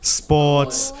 sports